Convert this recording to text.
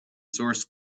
source